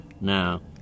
now